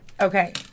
okay